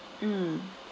mm